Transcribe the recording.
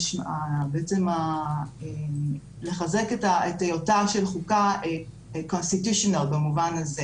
בעצם לחזק את היותה של חוקה constitutional במובן הזה